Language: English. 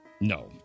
No